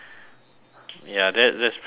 ya that that's pretty funny